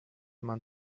man